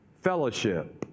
fellowship